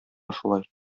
шулай